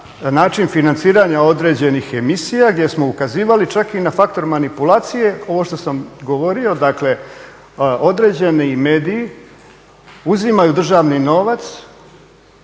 način financiranja određenih emisija gdje smo ukazivali čak i na faktor manipulacije. Ovo što sam govorio, dakle određeni mediji uzimaju državni novac